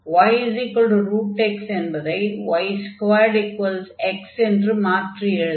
yx என்பதை y2x என்று மாற்றி எழுதலாம்